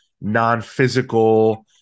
non-physical